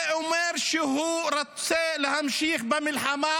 זה אומר שהוא רוצה להמשיך במלחמה,